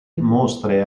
mostre